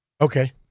Okay